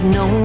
no